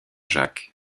jacques